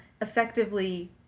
effectively